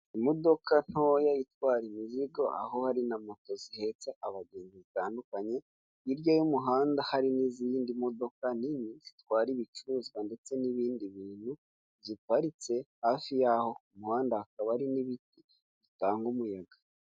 Imodoka ntoya itwara imizigo aho hari na moto zihetse abagenzi zitandukanye, hirya y'umuhanda hari n'izindi modoka nini zitwara ibicuruzwa ndetse n'ibindi bintu ziparitse hafi y'aho, mu muhanda hakaba harimo ibiti bitanga umuyaga.